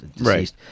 Right